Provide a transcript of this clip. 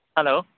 hello